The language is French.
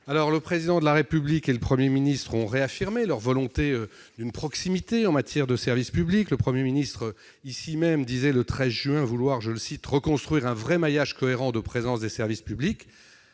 Le Président de la République et le Premier ministre ont réaffirmé leur attachement à la proximité en matière de services publics. M. le Premier ministre déclarait ici même le 13 juin vouloir « reconstruire un vrai maillage cohérent de présence des services publics ».